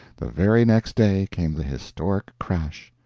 the very next day came the historic crash,